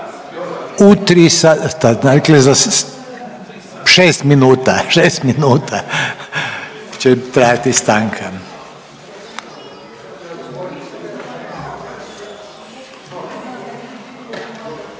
U tri sata, dakle za 6 minuta, 6 minuta će trajati stanka.